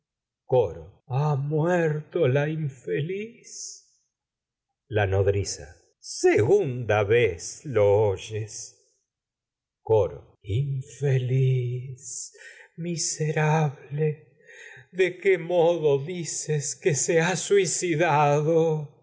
coro ha muerto la infeliz la nodriza segunda vez lo oyes que coro ha infeliz miserable de qué modo dices se suicidado